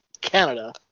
Canada